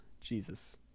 Jesus